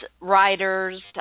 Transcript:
writers